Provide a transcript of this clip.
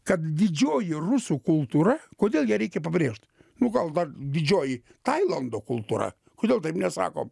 kad didžioji rusų kultūra kodėl ją reikia pabrėžt nu gal dar didžioji tailando kultūra kodėl taip nesakom